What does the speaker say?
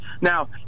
Now